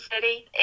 city